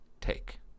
take